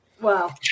Wow